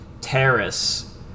terrace